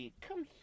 come